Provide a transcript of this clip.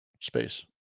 space